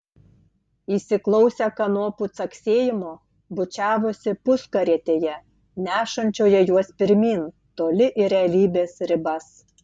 įsiklausę kanopų caksėjimo bučiavosi puskarietėje nešančioje juos pirmyn toli į realybės ribas